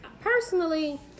personally